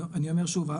אני אומר שוב,